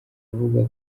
avuga